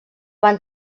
van